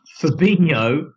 Fabinho